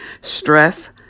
stress